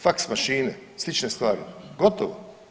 Fax mašine i slične stvari, gotovo.